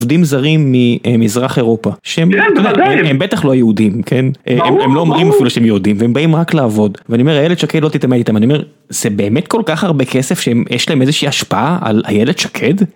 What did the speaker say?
עובדים זרים ממזרח אירופה, שהם בטח לא יהודים, כן, הם לא אומרים אפילו שהם יהודים, והם באים רק לעבוד, ואני אומר, איילת שקד לא תתעמת איתם, זה באמת כל כך הרבה כסף שיש להם איזושהי השפעה על איילת שקד?